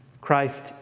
Christ